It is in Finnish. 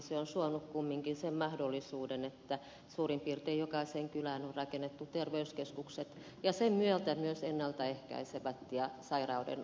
se on suonut kumminkin sen mahdollisuuden että suurin piirtein jokaiseen kylään on rakennettu terveyskeskukset ja sen myötä myös ennalta ehkäisevät ja sairaudenhoitopalvelut